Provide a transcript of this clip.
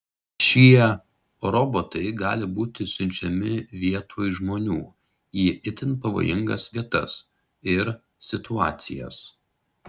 šie robotai gali būti siunčiami vietoj žmonių į itin pavojingas vietas ir situacijas